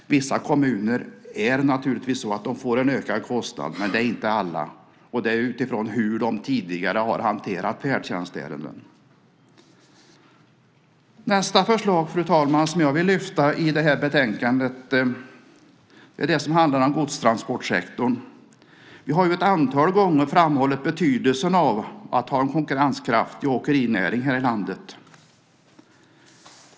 Vissa kommuner får naturligtvis en ökad kostnad, men inte alla. Det beror på hur de tidigare har hanterat färdtjänstärenden. Nästa förslag i betänkandet, fru talman, som jag vill lyfta fram är det som handlar om godstransportsektorn. Vi har ett antal gånger framhållit betydelsen av att ha en konkurrenskraftig åkerinäring i landet.